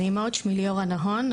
שמי ליאורה נהון,